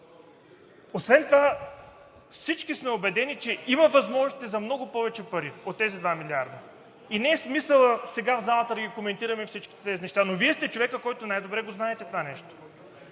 Освен това всички сме убедени, че има възможност за много повече пари от тези 2 милиарда. Не е смисълът сега в залата да ги коментираме всичките тези неща, но Вие сте човекът, който най добре го знаете това нещо.